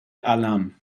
alam